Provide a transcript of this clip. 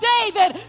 David